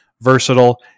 versatile